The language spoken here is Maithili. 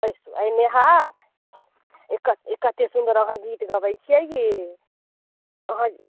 बैसू अय नेहा कते कते सुंदर अहाँ गीत गबैत छी यै अहाँ